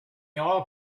all